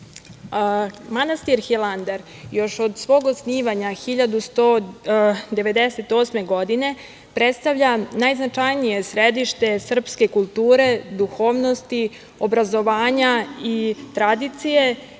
zakona. Manastir Hilandar još od svog osnivanja 1198. godine, predstavlja najznačajnije središte srpske kulture, duhovnosti, obrazovanja i tradicije